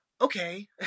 okay